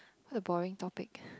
what a boring topic